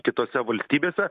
kitose valstybėse